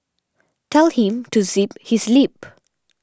tell him to zip his lip